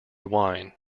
wine